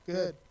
Good